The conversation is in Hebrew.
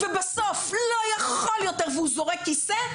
ובסוף לא יכול יותר והוא זורק כיסא,